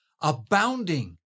abounding